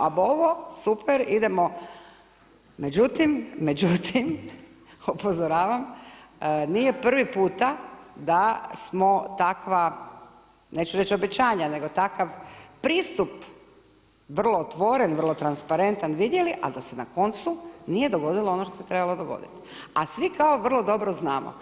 ab ovo, super, idemo, međutim, upozoravam, nije prvi puta da smo takva, neću reći obećanja, nego takav pristup vrlo otvoren, vrlo transparentan vidjeli, a da se na koncu nije dogodilo ono što se trebalo dogoditi, a svi kao vrlo dobro znamo.